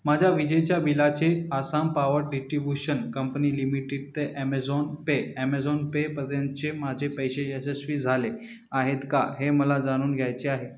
माझ्या विजेच्या बिलाचे Assam power distribution company limited ते ॲमेझॉन पे ॲमेझॉन पेपर्यंतचे माझे पैसे यशस्वी झाले आहेत का हे मला जाणून घ्यायचे आहे